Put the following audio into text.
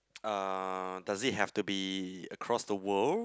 uh does it have to be across the world